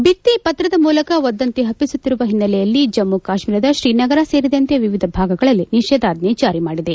ಬಿತ್ತಿ ಪತ್ರದ ಮೂಲಕ ವದಂತಿ ಹಬ್ಬಿಸುತ್ತಿರುವ ಹಿನ್ನೆಲೆಯಲ್ಲಿ ಜಮ್ಮ ಕಾಶ್ಮೀರದ ಶ್ರೀನಗರ ಸೇರಿದಂತೆ ವಿವಿಧ ಭಾಗಗಳಲ್ಲಿ ನಿಷೇಧಾಜ್ಞ್ನೆ ಜಾರಿ ಮಾಡಿದೆ